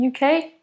UK